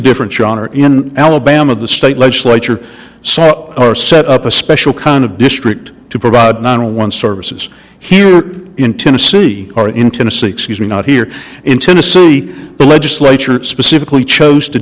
difference john or in alabama the state legislature so are set up a special kind of district to provide not a one services here in tennessee or in tennessee excuse me not here in tennessee the legislature specifically chose to